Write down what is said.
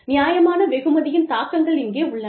நியாயமான வெகுமதியின் தாக்கங்கள் இங்கே உள்ளன